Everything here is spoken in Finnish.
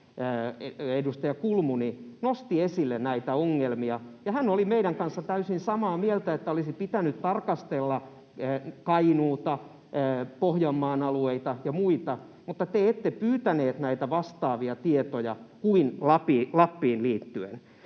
edustaja Kulmuni nosti esille näitä ongelmia, ja hän oli meidän kanssamme täysin samaa mieltä, että olisi pitänyt tarkastella Kainuuta, Pohjanmaan alueita ja muita. Mutta te ette pyytäneet näitä vastaavia tietoja kuin Lappiin liittyen.